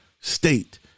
state